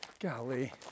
Golly